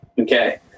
okay